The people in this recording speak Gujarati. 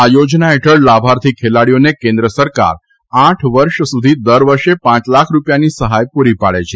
આ યોજના હેઠળ લાભાર્થી ખેલાડીઓને કેન્દ્ર સરકાર આઠ વર્ષ સુધી દર વર્ષે પાંચ લાખ રૂપિયાની સહાય પૂરી પાડે છે